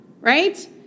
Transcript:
right